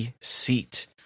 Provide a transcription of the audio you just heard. seat